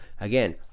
again